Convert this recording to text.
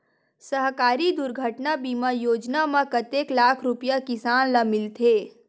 सहकारी दुर्घटना बीमा योजना म कतेक लाख रुपिया किसान ल मिलथे?